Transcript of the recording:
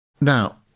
now